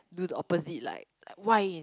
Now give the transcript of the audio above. do the opposite like like why